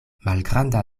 malgranda